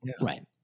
right